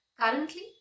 Currently